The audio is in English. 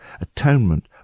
Atonement